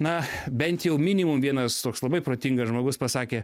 na bent jau minimum vienas toks labai protingas žmogus pasakė